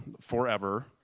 forever